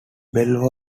bell